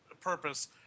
purpose